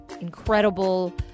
incredible